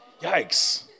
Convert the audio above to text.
Yikes